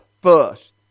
First